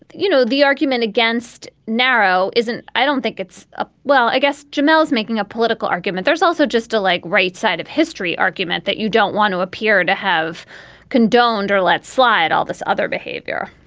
you know, the argument against narrow isn't i don't think it's a well, i guess jamal's making a political argument. there's also just a like right side of history argument that you don't want to appear to have condoned or let slide all this other behavior